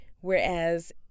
whereas